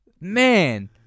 man